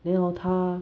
then hor 他